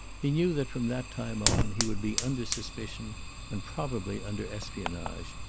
he knew that from that time on he would be under suspicion and probably under espionage,